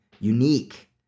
unique